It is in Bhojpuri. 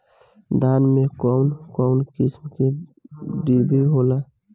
धान में कउन कउन किस्म के डिभी होला?